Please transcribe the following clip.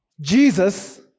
Jesus